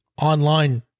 online